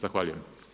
Zahvaljujem.